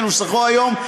כנוסחו היום,